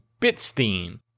Bitstein